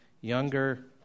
younger